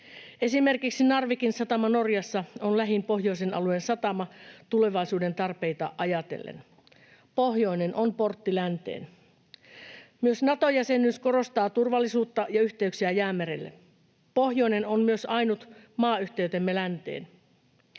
Esimerkiksi Narvikin satama Norjassa on lähin pohjoisen alueen satama tulevaisuuden tarpeita ajatellen. Pohjoinen on portti länteen. Myös Nato-jäsenyys korostaa turvallisuutta ja yhteyksiä Jäämerelle. Pohjoinen on myös ainut maayhteytemme länteen.